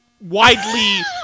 widely